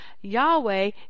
Yahweh